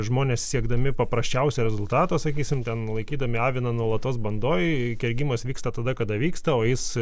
žmonės siekdami paprasčiausio rezultato sakysim ten laikydami aviną nuolatos bandoj kergimas vyksta tada kada vyksta o jis